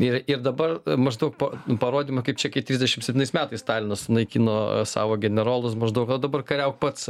ir ir dabar maždaug po parodymą kaip čia kai trisdešimt septintais metais stalinas sunaikino savo generolus maždaug va dabar kariauk pats